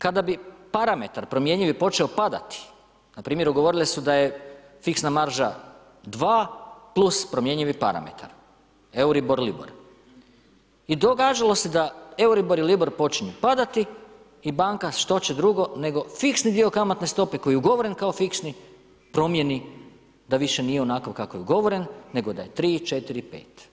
Kada bi parametar promjenjivi počeo padati, npr. ugovorile su da je fiksna marža dva plus promjenjivi parametar Euribor-Libor i događalo se da Euribor i Libor počinje padati i banka što će drugo nego fiksni dio kamatne stope koji je ugovoren kao fiksni promijeni da više nije onakav kakav je ugovoren nego da je 3,4,5.